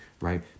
right